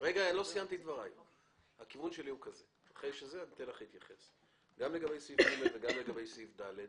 סעיף (ג) וגם לגבי (ד),